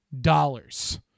dollars